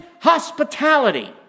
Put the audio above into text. hospitality